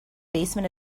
basement